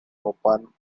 open